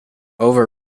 over